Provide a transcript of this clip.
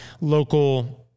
local